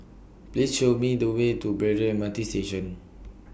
Please Show Me The Way to Braddell M R T Station